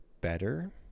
better